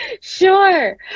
Sure